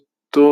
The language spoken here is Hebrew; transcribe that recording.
עמיאל".